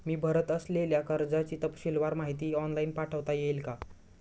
मी भरत असलेल्या कर्जाची तपशीलवार माहिती ऑनलाइन पाठवता येईल का?